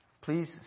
please